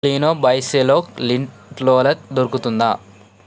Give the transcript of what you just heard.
Kleeno by Cello link roller దొరుకుతుందా